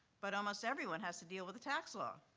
but almost everyone has to deal with the tax law.